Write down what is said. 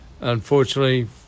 Unfortunately